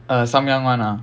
uh samyang [one] ah